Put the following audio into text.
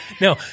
no